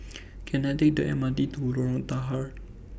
Can I Take The MRT to Lorong Tahar